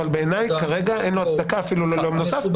אבל בעיניי אין לו הצדקה אפילו ליום נוסף,